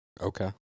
Okay